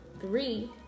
Three